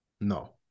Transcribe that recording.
no